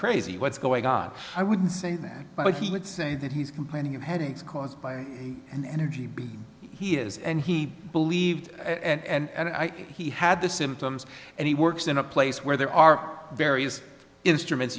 crazy what's going on i wouldn't say that but he would say that he's complaining of headaches caused by an energy he has and he believed and i think he had the symptoms and he works in a place where there are various instruments